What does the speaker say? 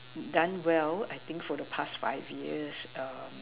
done well I think for the past five years err